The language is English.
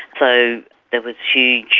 so there was huge,